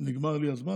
נגמר לי הזמן,